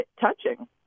touching